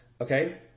Okay